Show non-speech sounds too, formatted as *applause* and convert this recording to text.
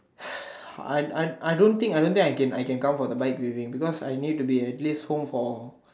*breath* I I I don't think I don't think I can I can come for the bike briefing because I need to be at least home for